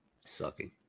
Sucking